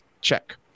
check